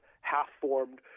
half-formed